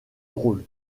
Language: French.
rôle